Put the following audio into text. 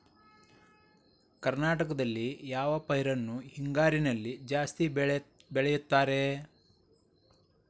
ಕರ್ನಾಟಕದಲ್ಲಿ ಯಾವ ಪೈರನ್ನು ಹಿಂಗಾರಿನಲ್ಲಿ ಜಾಸ್ತಿ ಬೆಳೆಯುತ್ತಾರೆ?